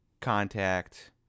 contact